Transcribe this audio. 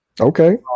okay